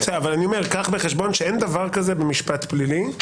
קח בחשבון שאין דבר הזה במשפט פלילי,